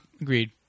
agreed